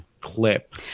clip